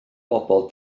bobol